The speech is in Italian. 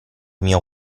mio